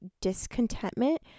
discontentment